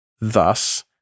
Thus